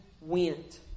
went